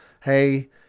Hey